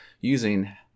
using